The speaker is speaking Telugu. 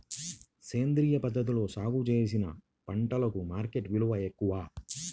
సేంద్రియ పద్ధతిలో సాగు చేసిన పంటలకు మార్కెట్ విలువ ఎక్కువ